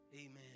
Amen